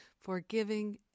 forgiving